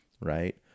right